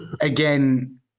again